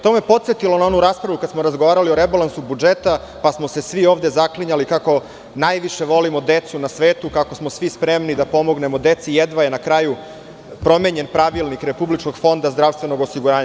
To me podsetilo na onu raspravu kad smo razgovarali o rebalansu budžeta, pa smo se svi ovde zaklinjali kako najviše volimo decu na svetu, kako smo svi spremni da pomognemo deci, a jedva je na kraju promenjen Pravilnik Republičkog fonda zdravstvenog osiguranja.